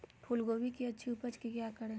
फूलगोभी की अच्छी उपज के क्या करे?